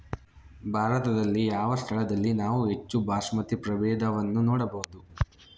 ಭಾರತದಲ್ಲಿ ಯಾವ ಸ್ಥಳದಲ್ಲಿ ನಾವು ಹೆಚ್ಚು ಬಾಸ್ಮತಿ ಪ್ರಭೇದವನ್ನು ನೋಡಬಹುದು?